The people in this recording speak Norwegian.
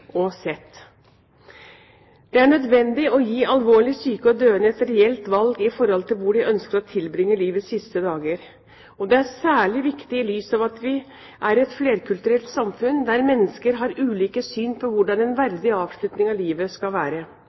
og sett. Det er nødvendig å gi alvorlig syke og døende et reelt valg i forhold til hvor de ønsker å tilbringe livets siste dager. Dette er særlig viktig i lys av at vi er et flerkulturelt samfunn, der mennesker har ulike syn på hvordan en verdig avslutning av livet skal være.